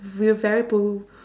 v~ very pro~